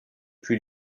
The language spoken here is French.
plus